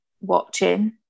watching